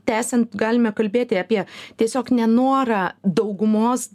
tęsiant galime kalbėti apie tiesiog nenorą daugumos